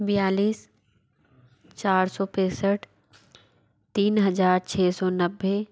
बयालीस चार सौ पेंसठ तीन हज़ार छः सौ नब्बे